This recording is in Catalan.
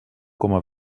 coma